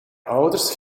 ouders